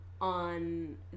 on